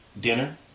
dinner